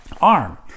arm